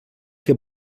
que